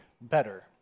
better